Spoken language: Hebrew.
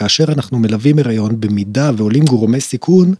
‫כאשר אנחנו מלווים הריון ‫במידה ועולים גורמי סיכון,